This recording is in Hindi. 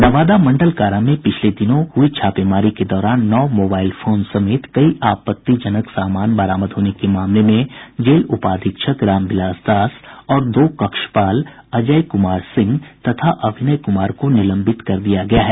नवादा मंडल कारा में पिछले दिनों छापेमारी के दौरान नौ मोबाईल फोन समेत कई आपत्तिजनक सामान बरामद होने के मामले में जेल उपाधीक्षक रामविलास दास और दो कक्षपाल अजय कुमार सिंह तथा अभिनय कुमार को निलंबित कर दिया गया है